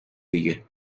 دیگه